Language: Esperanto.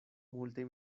multe